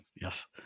yes